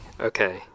Okay